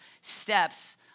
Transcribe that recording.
steps